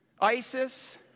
Isis